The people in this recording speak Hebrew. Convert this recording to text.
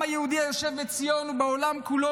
העם היהודי היושב בציון ובעולם כולו,